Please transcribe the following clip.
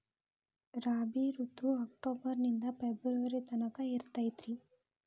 ರಾಬಿ ಋತು ಅಕ್ಟೋಬರ್ ನಿಂದ ಫೆಬ್ರುವರಿ ತನಕ ಇರತೈತ್ರಿ